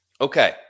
Okay